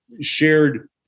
shared